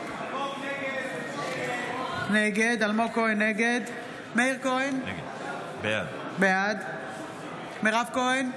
נגד מאיר כהן, בעד מירב כהן,